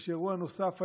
יש אירוע נוסף היום,